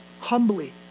Humbly